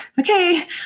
okay